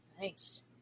nice